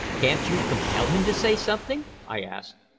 can't you compel him to say something? i asked.